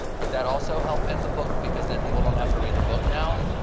does that also help end the book because then people don't have to read the book now?